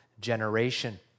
generation